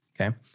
okay